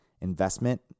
investment